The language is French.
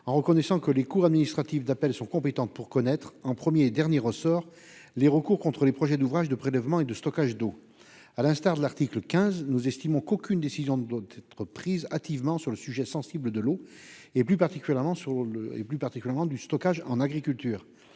en reconnaissant que les cours administratives d'appel sont compétentes pour connaître, en premier et dernier ressort, les recours contre les projets d'ouvrages de prélèvement et de stockage d'eau. À l'instar de ce que nous avons dit concernant l'article 15, nous estimons qu'aucune décision ne doit être prise hâtivement sur le sujet sensible de l'eau, plus particulièrement sur la question du stockage en agriculture.